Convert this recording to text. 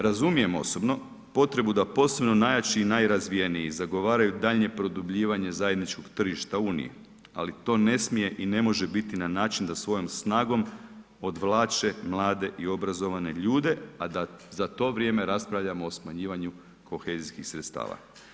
Razumijem osobno potrebu da posebno najjači i najrazvijeniji zagovaraju daljnje produbljivanje zajedničkog tržišta Unije, ali to ne smije i ne može biti na način da svojom snagom odvlače mlade i obrazovane ljude, a da za to vrijeme raspravljamo o smanjivanju kohezijskih sredstava.